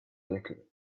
little